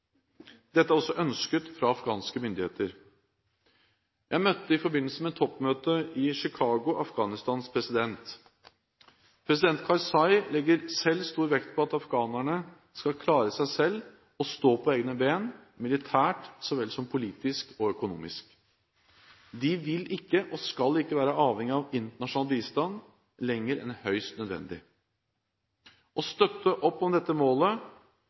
Dette er også ønsket fra afghanske myndigheter. Jeg møtte i forbindelse med toppmøtet i Chicago Afghanistans president. President Karzai legger selv stor vekt på at afghanerne skal klare seg selv og stå på egne ben – militært så vel som politisk og økonomisk. De vil ikke, og skal ikke, være avhengig av internasjonal bistand lenger enn høyst nødvendig. Å støtte opp om dette målet